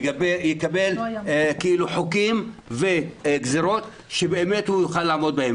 יקבל חוקים וגזירות שבאמת הוא יוכל לעמוד בהם,